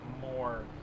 more